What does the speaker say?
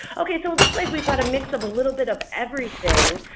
okay so it looks like we've got a mix of a little bit of everything,